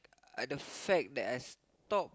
uh the fact that as talk